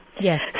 Yes